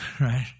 right